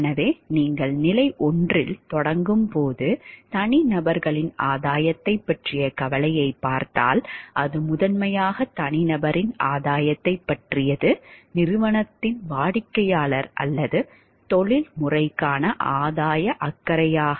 எனவே நீங்கள் நிலை 1 இல் தொடங்கும் போது தனிநபரின் ஆதாயத்தைப் பற்றிய கவலையை பார்த்தால் அது முதன்மையாக தனிநபரின் ஆதாயத்தைப் பற்றியது நிறுவனத்தின் வாடிக்கையாளர் அல்லது தொழில்முறைக்கான ஆதாய அக்கறை அல்ல